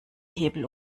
hebel